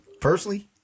personally